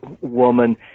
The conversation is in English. woman